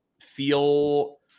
feel